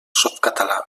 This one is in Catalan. softcatalà